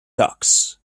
ducks